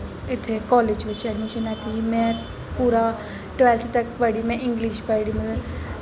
इत्थै कालेज बिच्च अड़मिशन लैत्ती में पूरा टवैल्थ तक पढ़ी में इंगलिश पढ़ी में